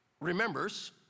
remembers